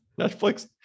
netflix